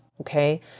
Okay